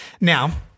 Now